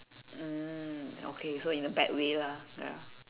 mm okay so in a bad way lah ya